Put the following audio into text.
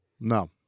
no